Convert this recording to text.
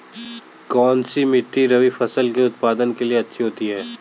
कौनसी मिट्टी रबी फसलों के उत्पादन के लिए अच्छी होती है?